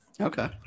Okay